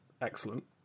excellent